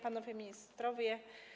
Panowie Ministrowie!